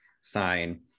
sign